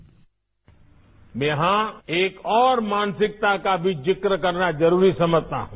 मैं यहां एक और मानसिकता का भी जिक्र करना जरूरी समझता हूं